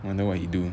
wonder what he doing